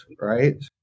right